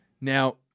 Now